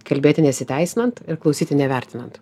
kalbėti nesiteisinant ir klausyti nevertinant